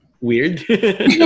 weird